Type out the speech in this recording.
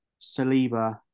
Saliba